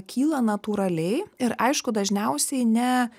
kyla natūraliai ir aišku dažniausiai ne